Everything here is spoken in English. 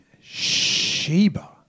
Sheba